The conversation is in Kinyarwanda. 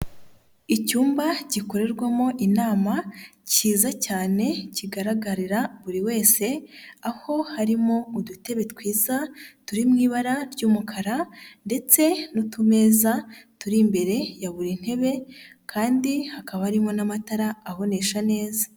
Icyumba gikorerwamo inama cyiza cyane kigaragarira buri wese aho harimo udutebe twiza turiw'i ibara ry'umukara ndetse n'utumezaeza turi imbere ya buri ntebe kandi hakaba harimo n'amatarabonesha neza